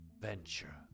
venture